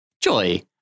Joy